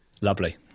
Lovely